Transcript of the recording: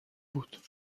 بود